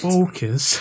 Focus